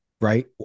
right